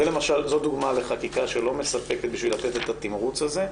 זו דוגמה לחקיקה שלא מספקת בשביל לתת את התמרוץ הזה.